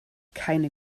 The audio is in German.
keine